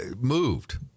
moved